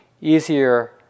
easier